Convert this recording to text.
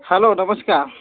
hello नमस्कार